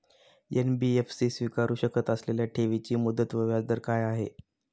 NBFC स्वीकारु शकत असलेल्या ठेवीची मुदत व व्याजदर काय आहे?